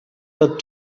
had